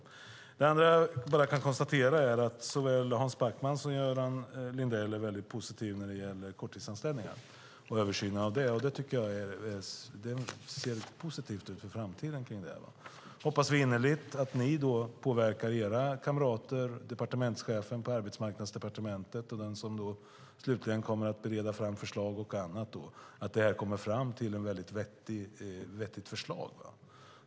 Sedan kan jag bara konstatera att såväl Hans Backman som Göran Lindell är väldigt positiva när det gäller översynen av korttidsanställningar. Jag tycker att det ser positivt ut i framtiden kring det. Jag hoppas innerligt att ni påverkar era kamrater, departementschefen på Arbetsmarknadsdepartementet och den som slutligen kommer att bereda fram förslag och annat, så att det kommer fram ett vettigt förslag.